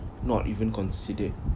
not even considered